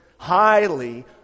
highly